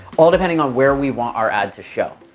all depending on where we want our ad to show.